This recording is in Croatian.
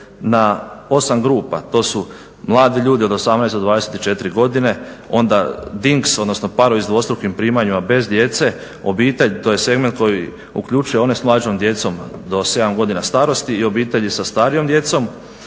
na 8 grupa to su mladi ljudi od 18 do 24 godine, onda Dinks odnosno parovi s dvostrukim primanjima bez djece, obitelj to je segment koji uključuje one s mlađom djecom do 7 godina starosti i obitelji sa starijom djecom.